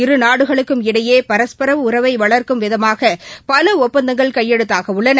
இருநாடுகளுக்கும் இடையேபரஸ்பரஉறவைவளர்க்கும் விதமாகபலஒப்பந்தங்கள் கையெழுத்தாகஉள்ளன